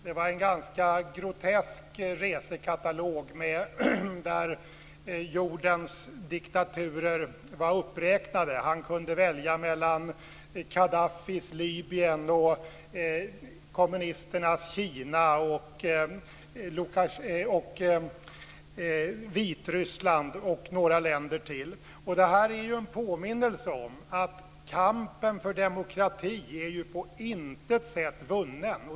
Det var en ganska grotesk resekatalog, där jordens diktaturer var uppräknade. Han kunde välja mellan Khadaffis Libyen och kommunisternas Kina, Vitryssland och några länder till. Det är en påminnelse om att kampen för demokrati på intet sätt är vunnen.